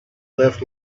let